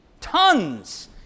Tons